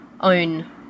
own